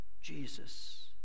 Jesus